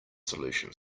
solution